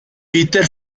peter